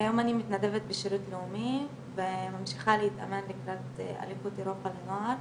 היום אני מתנדבת בשירות לאומי וממשיכה להתאמן לקראת אליפות אירופה לנוער